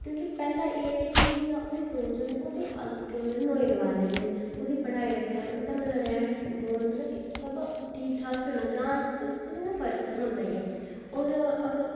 क्योंकि पैह्लें एह् ऐ कि जि'यां ओह्दी सोच होनी ओह् बी अग्गें मतलब नमें जमान्ने दी होनी ओह्दी पढ़ाई लिखाई ओह्दा मतलब रैह्न बौह्न मतलब कि मतलब ठीक ठाक ई होना ग्रांऽ च एह् फर्क ते होंदा ई ऐ होर अगर